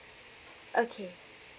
okay